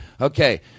Okay